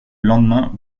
lendemain